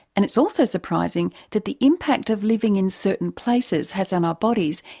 and it's also surprising that the impact of living in certain places, has on our bodies,